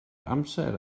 amser